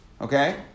Okay